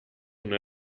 una